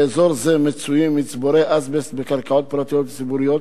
באזור זה מצויים מצבורי אזבסט בקרקעות פרטיות וציבוריות,